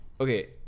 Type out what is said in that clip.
okay